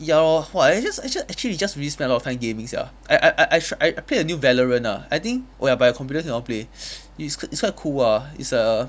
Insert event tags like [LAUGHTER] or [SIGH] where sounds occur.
ya lor !whoa! I just actually actually I just really spend a lot of time gaming sia I I I sh~ I play the new valorant ah I think oh ya but your computer cannot play [NOISE] it's it's quite cool ah it's a